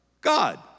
God